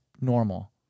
normal